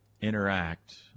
interact